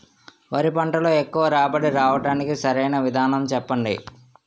వరి పంటలో ఎక్కువ రాబడి రావటానికి సరైన విధానం చెప్పండి?